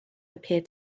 appeared